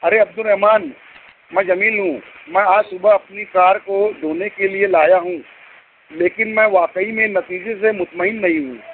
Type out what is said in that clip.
ارے عبدالرحمٰن میں جمیل ہوں میں آج صبح اپنی کار کو دھونے کے لیے لایا ہوں لیکن میں واقعی میں نتیجے سے مطمئن نہیں ہوں